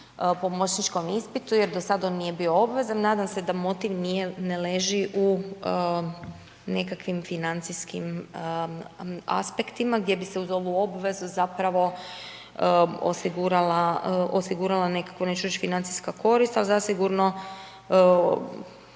pomoćničkom ispitu jer do sada on nije bio obvezan, nadam se da motiv ne leži u nekakvim financijskim aspektima gdje bi se uz ovu obvezu osigurala, neću reći nekakva financijska korist, ali zasigurno